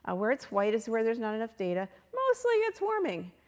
ah where it's white is where there's not enough data. mostly it's warming.